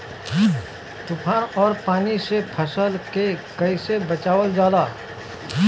तुफान और पानी से फसल के कईसे बचावल जाला?